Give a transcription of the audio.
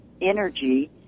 energy